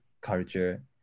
culture